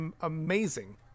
amazing